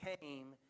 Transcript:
came